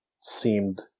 seemed